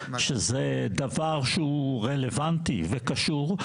שזה דבר שהוא רלוונטי וקשור,